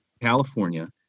California